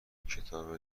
کتاب